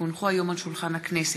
כי הונחו היום על שולחן הכנסת,